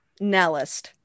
Nellist